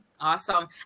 Awesome